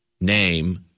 name